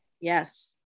yes